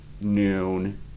noon